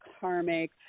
karmic